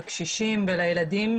לקשישים ולילדים,